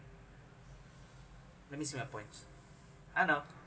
let me say my points ah now